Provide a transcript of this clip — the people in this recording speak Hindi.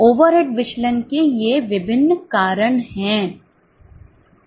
ओवरहेड विचलन के लिए ये विभिन्न कारण हैं